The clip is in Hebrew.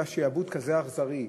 שהיה שעבוד כזה אכזרי,